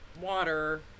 water